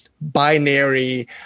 binary